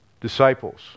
disciples